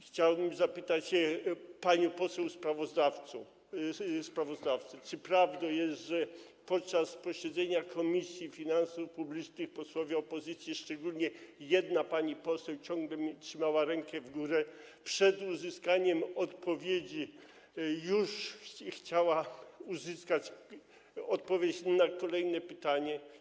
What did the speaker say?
Chciałbym zapytać panią poseł sprawozdawcę: Czy prawdą jest, że podczas posiedzenia Komisji Finansów Publicznych posłowie opozycji... szczególnie jedna pani poseł ciągle trzymała rękę w górze, a przed uzyskaniem odpowiedzi już chciała uzyskać odpowiedź na kolejne pytanie?